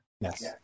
Yes